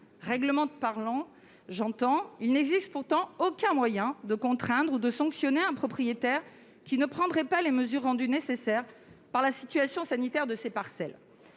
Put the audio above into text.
point de vue réglementaire, il n'existe aucun moyen de contraindre ou de sanctionner un propriétaire qui ne prendrait pas les mesures rendues nécessaires par la situation sanitaire de ses parcelles.